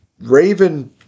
Raven